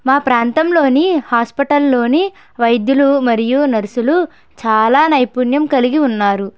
మా ప్రాంతంలోని హాస్పిటల్లోని వైద్యులు మరియు నర్సులు చాలా నైపుణ్యం కలిగి ఉన్నారు